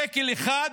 שקל אחד